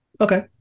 Okay